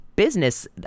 business